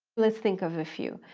let's think of a few.